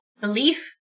Belief